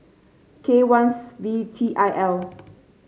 K one V T I L